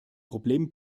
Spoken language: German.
problem